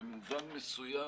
שבמובן מסוים